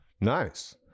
nice